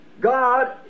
God